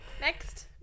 Next